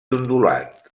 ondulat